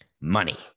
Money